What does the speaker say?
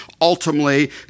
ultimately